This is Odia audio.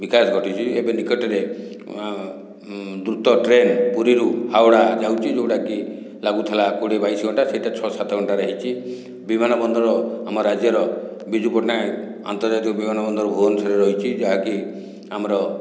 ବିକାଶ ଘଟିଛି ଏବେ ନିକଟରେ ଦ୍ରୁତ ଟ୍ରେନ ପୁରୀରୁ ହାୱଡ଼ା ଯାଉଛି ଯେଉଁଟାକି ଲାଗୁଥିଲା କୋଡ଼ିଏ ବାଇଶି ଘଣ୍ଟା ସେହିଟା ଛଅ ସାତ ଘଣ୍ଟାରେ ହୋଇଛି ବିମାନବନ୍ଦର ଆମ ରାଜ୍ୟର ବିଜୁ ପଟ୍ଟନାୟକ ଆନ୍ତର୍ଜାତିକ ବିମାନବନ୍ଦର ଭୁବନେଶ୍ଵରରେ ରହିଛି ଯାହାକି ଆମର